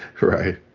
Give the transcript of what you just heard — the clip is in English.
Right